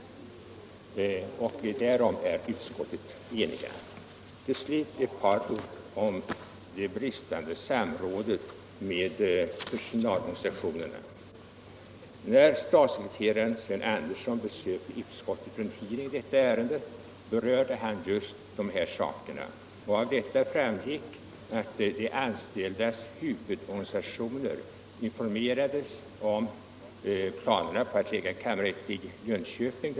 Till slut ett par ord om det bristande samrådet med personalorganisationerna. När statssekreterare Sven Andersson besökte utskottet för en hearing i detta ärende berörde han just dessa saker. Det framgick att de anställdas huvudorganisationer informerades den 8 december om planerna på att lägga en kammarrätt i Jönköping.